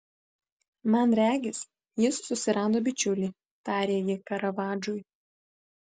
man regis jis susirado bičiulį tarė ji karavadžui